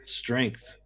strength